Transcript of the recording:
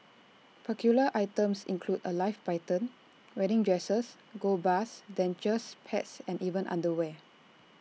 peculiar items include A live python wedding dresses gold bars dentures pets and even underwear